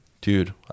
Dude